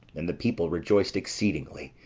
and the people rejoiced exceedingly,